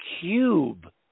cube